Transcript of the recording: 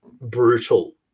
brutal